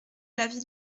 l’avis